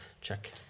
check